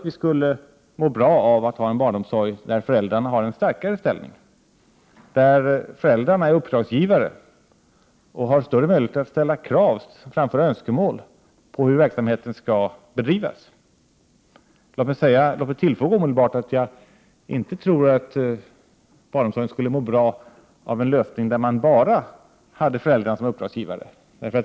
Vi skulle må bra av att ha en barnomsorg där föräldrarna har en starkare ställning, där föräldrarna är uppdragsgivare och har större möjlighet att ställa krav på verksamheten och framföra önskemål om hur den skall bedrivas. Jag vill omedelbart tillfoga att jag inte tror att barnomsorgen skulle må bra av en lösning som innebär att man enbart har föräldrarna som uppdragsgivare.